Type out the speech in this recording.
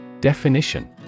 Definition